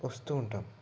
వస్తూ ఉంటాం